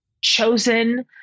chosen